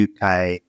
UK